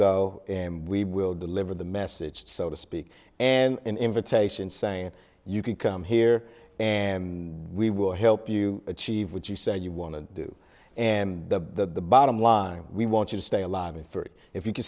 in and we will deliver the message so to speak and an invitation saying you can come here and we will help you achieve what you said you want to do and the bottom line we want you to stay alive and free if you can